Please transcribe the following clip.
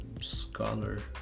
scholar